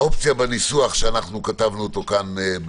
האופציה בניסוח שאנחנו כתבנו אותו כאן,